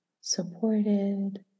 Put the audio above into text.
supported